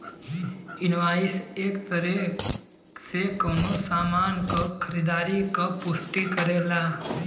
invoice एक तरे से कउनो सामान क खरीदारी क पुष्टि करेला